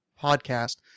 podcast